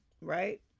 right